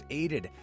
aided